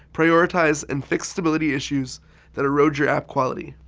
prioritize, and fix stability issues that erode your app quality.